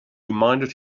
reminded